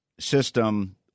system